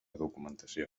documentació